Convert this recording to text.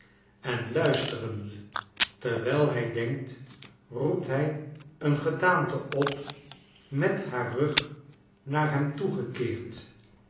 en luisterende terwijl hij denkt roept hij een gedaante op met haar rug naar hem toegekeerd